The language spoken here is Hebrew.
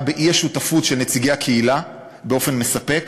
באי-שותפות של נציגי הקהילה באופן מספק.